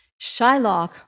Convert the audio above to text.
Shylock